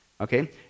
okay